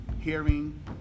hearing